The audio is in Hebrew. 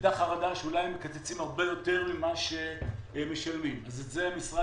הייתה חרדה שאולי מקצצים הרבה יותר ממה שמשלמים וכאן המשרד